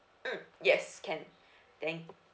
mmhmm yes can thank